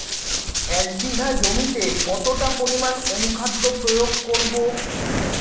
এক বিঘা জমিতে কতটা পরিমাণ অনুখাদ্য প্রয়োগ করব?